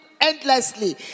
endlessly